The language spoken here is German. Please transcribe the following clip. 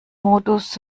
modus